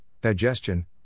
digestion